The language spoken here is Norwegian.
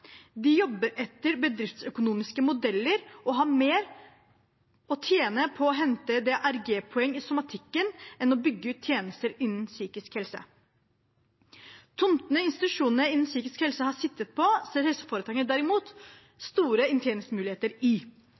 De jobber etter bedriftsøkonomiske modeller og har mer å tjene på å hente DRG-poeng i somatikken enn å bygge ut tjenester innen psykisk helse. Tomtene institusjonene innen psykisk helse har sittet på, ser helseforetakene derimot store inntjeningsmuligheter i.